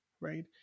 right